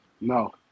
No